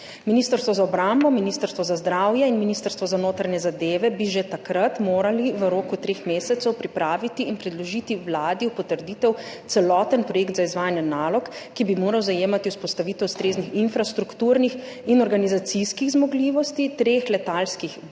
Ministrstvo za obrambo, Ministrstvo za zdravje in Ministrstvo za notranje zadeve bi že takrat morali v roku treh mesecev pripraviti in predložiti Vladi v potrditev celoten projekt za izvajanje nalog, ki bi morale zajemati vzpostavitev ustreznih infrastrukturnih in organizacijskih zmogljivosti treh letalskih baz,